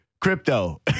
Crypto